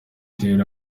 rero